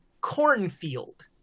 cornfield